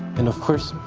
and of course,